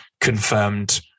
confirmed